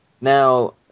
Now